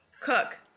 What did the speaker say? Cook